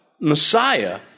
Messiah